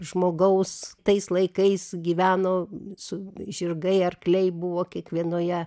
žmogaus tais laikais gyveno su žirgai arkliai buvo kiekvienoje